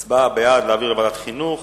בעד, להעביר לוועדת חינוך.